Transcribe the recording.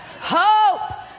Hope